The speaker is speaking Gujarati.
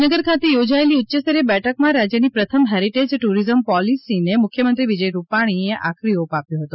ગાંધીનગર ખાતે યોજાયેલી ઉચ્યસ્તરીય બેઠકમાં રાજ્યની પ્રથમ હેરિટેજ ટુરીઝમ પોલિસીને મુખ્યમંત્રી વિજય રૂપાણી આખરી ઓપ આપ્યો હતો